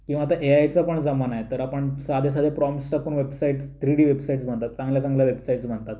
किंवा आता एआयचा पण जमाना आहे तर आपण साधे साधे प्रॉम्प्ट्स टाकून वेबसाईटस थ्री डी वेबसाईटस बनतात चांगल्या चांगल्या वेबसाईटस बनतात